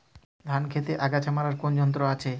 ধান ক্ষেতের আগাছা মারার কোন যন্ত্র আছে?